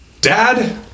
Dad